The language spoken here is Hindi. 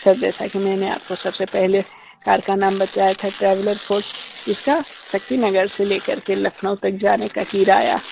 सर जैसा कि मैंने आपको सबसे पहले कार का नाम बताया था ट्रैवलर फोर्स इसका शक्ति नगर से लेकर के लखनऊ तक जाने का किराया